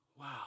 Wow